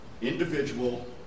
individual